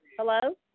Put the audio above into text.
Hello